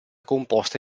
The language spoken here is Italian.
composta